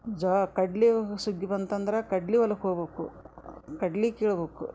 ಜ್ವಾ ಕಡ್ಲಿ ಸುಗ್ಗಿ ಬಂತಂದ್ರ ಕಡ್ಲಿ ಹೊಲಕ್ ಹೋಗ್ಬಕು ಕಡ್ಲಿ ಕೀಳಬೇಕು